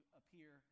appear